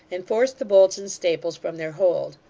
and force the bolts and staples from their hold.